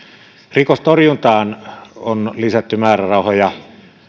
rikostorjuntaan on lisätty määrärahoja